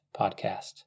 podcast